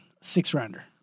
Six-rounder